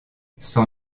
son